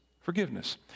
forgiveness